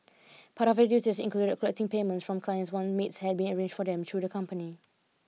part of her duties collecting payments from clients one maids had been arranged for them through the company